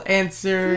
answer